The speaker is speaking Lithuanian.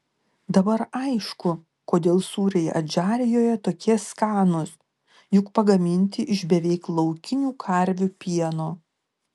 dabar aišku kodėl sūriai adžarijoje tokie skanūs juk pagaminti iš beveik laukinių karvių pieno